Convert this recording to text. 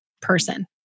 person